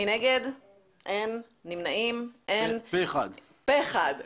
הצבעה בעד פה אחד אושר אושר פה אחד.